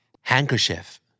Handkerchief